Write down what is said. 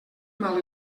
mal